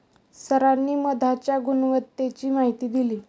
सरांनी मधाच्या गुणवत्तेची माहिती दिली